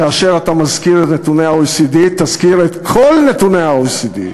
כאשר אתה מזכיר את נתוני ה-OECD תזכיר את כל נתוני ה-OECD.